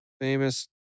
famous